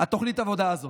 תוכנית העבודה הזאת?